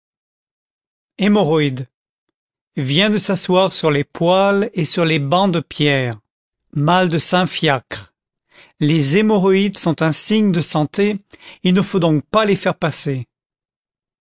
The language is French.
hémorroïdes vient de s'asseoir sur les poêles et sur les bancs de pierre mal de saint fiacre les hémorroïdes sont un signe de santé il ne faut donc pas les faire passer